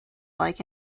like